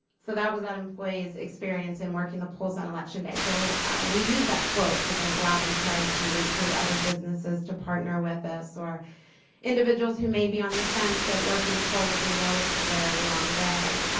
so that was that employee's experience in working the polls on election day. so we use that quote to then go out and try to recruit other businesses to partners with us, or individuals who may be on the fence at working the polls. we know it's a very long day.